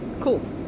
Cool